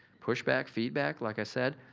pushback, feedback, like i said,